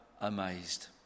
amazed